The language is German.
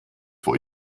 vor